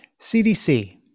CDC